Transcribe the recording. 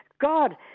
God